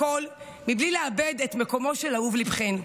הכול מבלי לאבד את מקומו של אהוב ליבכן.